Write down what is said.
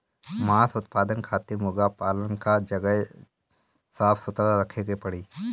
मांस उत्पादन खातिर मुर्गा पालन कअ जगह साफ सुथरा रखे के पड़ी